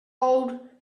old